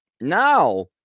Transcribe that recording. now